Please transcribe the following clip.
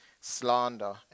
slander